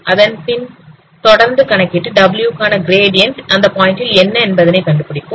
அதன் பின் தொடர்ந்து கணக்கிட்டு w காண கிரேடியன் அந்த பாயிண்டில் என்ன என்பதனை கண்டுபிடிப்போம்